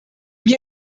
mir